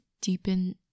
deepen